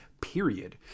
period